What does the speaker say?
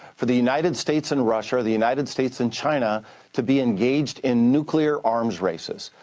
for the united states and russia or the united states and china to be engaged in nuclear arms races.